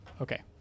okay